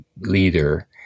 leader